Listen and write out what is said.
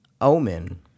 Omen